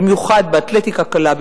במיוחד באתלטיקה קלה,